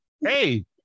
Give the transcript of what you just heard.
Hey